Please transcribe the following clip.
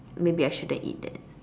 maybe I shouldn't eat that